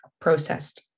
processed